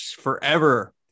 forever